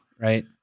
right